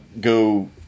go